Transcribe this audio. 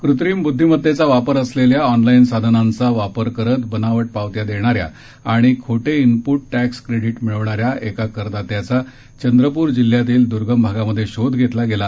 कृत्रिम ब्ध्दिमतेचा वापर असलेल्या ऑनलाईन साधनांचा वापर करत बनावट पावत्या देणाऱ्या आणि खोटे इनपूट टॅक्स क्रेडिट मिळविणाऱ्या एका करदात्याचा चंद्रपूर जिल्ह्यातील द्र्गम भागात शोध घेतला गेला